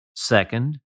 Second